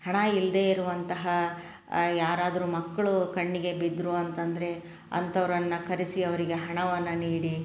ಹಣ ಇಲ್ಲದೇ ಇರುವಂತಹ ಯಾರಾದ್ರೂ ಮಕ್ಕಳು ಕಣ್ಣಿಗೆ ಬಿದ್ರು ಅಂತಂದರೆ ಅಂಥವರನ್ನ ಕರೆಸಿ ಅವರಿಗೆ ಹಣವನ್ನು ನೀಡಿ